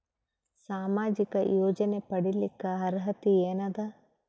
ಸಾಮಾಜಿಕ ಯೋಜನೆ ಪಡಿಲಿಕ್ಕ ಅರ್ಹತಿ ಎನದ?